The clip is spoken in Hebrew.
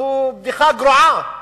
זו בדיחה גרועה.